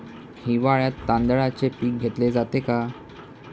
हिवाळ्यात तांदळाचे पीक घेतले जाते का?